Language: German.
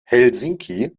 helsinki